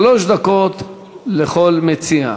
שלוש דקות לכל מציע.